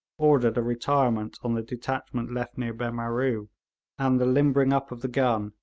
ordered a retirement on the detachment left near behmaroo and the limbering up of the gun,